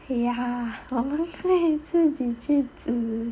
!aiya! 我们可以自己去吃